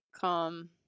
come